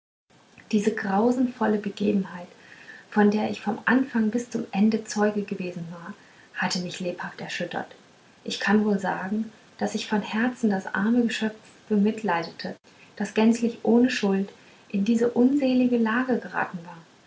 diese grausenvolle begebenheit von der ich vom anfang bis zu ende zeuge gewesen war hatte mich lebhaft erschüttert ich kann wohl sagen daß ich von herzen das arme geschöpf bemitleidete das gänzlich ohne schuld in diese unselige lage geraten war